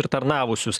ir tarnavusius